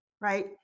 Right